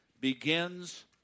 begins